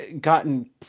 gotten